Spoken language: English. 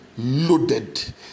Loaded